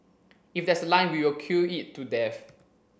if there's a line we will queue it to death